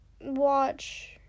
watch